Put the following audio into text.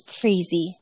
crazy